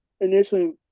initially